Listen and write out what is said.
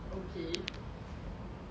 what did I say